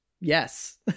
Yes